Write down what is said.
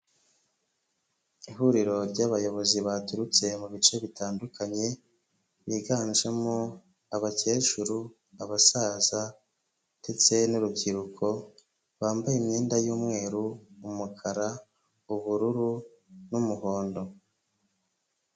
Ihuriro ry'abayobozi baturutse mu bice bitandukanye, biganjemo abakecuru, abasaza, ndetse n'urubyiruko, bambaye imyenda y'umweru, umukara, ubururu n'umuhondo.